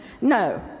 No